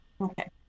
Okay